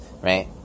right